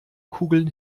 kugeln